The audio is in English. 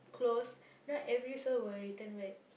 close right every soul will return back